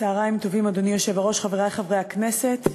צהריים טובים, אדוני היושב-ראש, חברי חברי הכנסת,